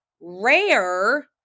rare